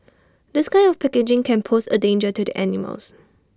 this kind of packaging can pose A danger to the animals